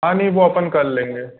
हाँ नहीं वो अपन कर लेंगे